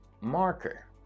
Marker